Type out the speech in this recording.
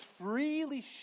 freely